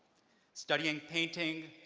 studying painting,